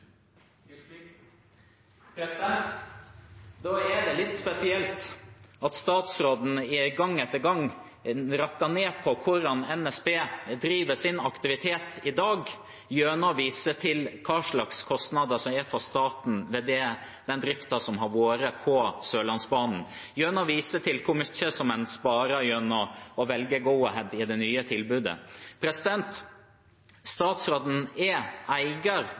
nei. Da er det litt spesielt at statsråden gang etter gang har rakket ned på hvordan NSB driver sin aktivitet i dag, gjennom å vise til hvilke kostnader det er for staten, med den driften som har vært på Sørlandsbanen, og gjennom å vise til hvor mye en sparer ved å velge Go-Ahead i det nye tilbudet. Staten – ved statsråden – er eier